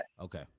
okay